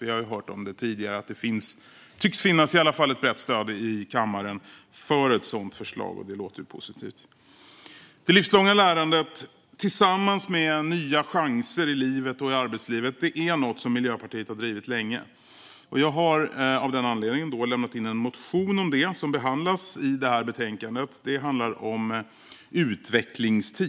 Vi har hört om det tidigare, och det tycks finnas ett brett stöd i kammaren för ett sådant förslag. Och det låter positivt. Frågan om det livslånga lärandet, tillsammans med nya chanser i livet och i arbetslivet, har Miljöpartiet drivit länge. Jag har av denna anledning skrivit en motion om det och som behandlas i detta betänkande. Den handlar om utvecklingstid.